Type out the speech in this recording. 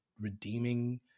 redeeming